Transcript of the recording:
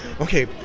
Okay